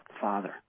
Father